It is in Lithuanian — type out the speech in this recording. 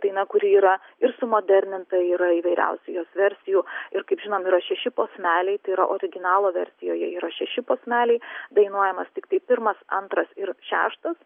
daina kuri yra ir sumoderninta yra įvairiausių jos versijų ir kaip žinom yra šeši posmeliai tai yra originalo versijoje yra šeši posmeliai dainuojamas tiktai pirmas antras ir šeštas